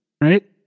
right